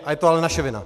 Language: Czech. Ale je to naše vina!